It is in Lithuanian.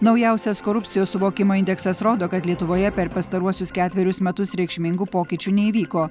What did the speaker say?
naujausias korupcijos suvokimo indeksas rodo kad lietuvoje per pastaruosius ketverius metus reikšmingų pokyčių neįvyko